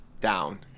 down